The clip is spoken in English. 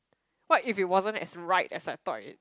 what if it wasn't as right as I thought it